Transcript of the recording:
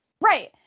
right